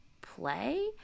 play